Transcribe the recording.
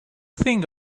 think